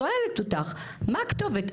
שואלת אותך מה הכתובת.